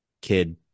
kid